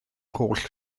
holl